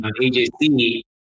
AJC